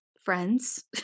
Friends